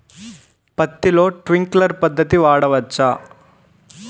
పత్తిలో ట్వింక్లర్ పద్ధతి వాడవచ్చా?